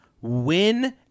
win